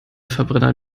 verbrenner